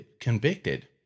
convicted